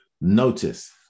Notice